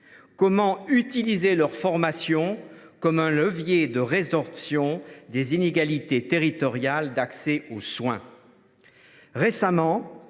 Comment utiliser leur formation comme un levier de résorption des inégalités territoriales d’accès aux soins ?